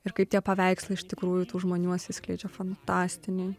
ir kaip tie paveikslai iš tikrųjų tų žmonių atsiskleidžia fantastiniai